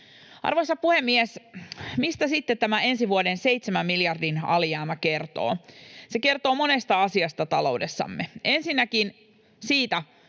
Arvoisa puhemies! Mistä sitten tämä ensi vuoden 7 miljardin alijäämä kertoo? Se kertoo monesta asiasta taloudessamme. Ensinnäkin siitä